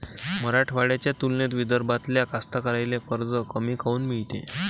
मराठवाड्याच्या तुलनेत विदर्भातल्या कास्तकाराइले कर्ज कमी काऊन मिळते?